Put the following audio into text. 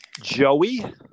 Joey